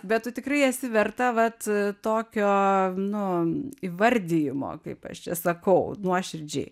bet tu tikrai esi verta vat tokio nu įvardijimo kaip aš čia sakau nuoširdžiai